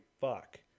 fuck